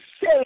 say